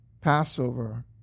Passover